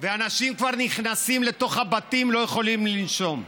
ואנשים כבר נכנסים לתוך הבתים, לא יכולים לנשום.